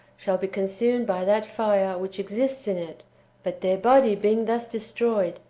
shall be consumed by that fire which exists in it but their body being thus destroyed,